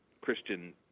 Christian